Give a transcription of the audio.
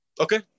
okay